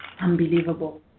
unbelievable